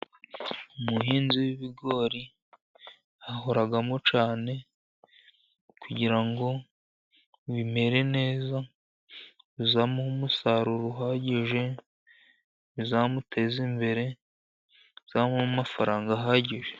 Umuhinzi w'ibigori ahoramo cyane, kugira ngo bimere neza, bizamuhe umusaruro uhagije, bizamuteza imbere, bizamuhe amafaranga ahagije.